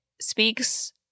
speaks